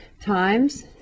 times